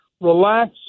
relax